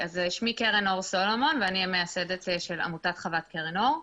אז שמי קרן אור סלומון ואני המייסדת של עמותת 'חוות קרן אור'.